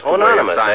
anonymous